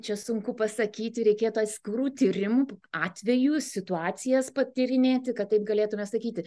čia sunku pasakyti reikėtų atskirų tyrimų atvejų situacijas patyrinėti kad taip galėtumėme sakyti